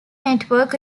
network